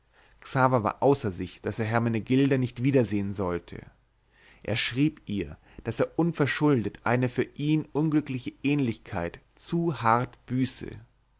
war außer sich daß er hermenegilda nicht wiedersehen sollte er schrieb ihr daß er unverschuldet eine für ihn unglückliche ähnlichkeit zu hart büße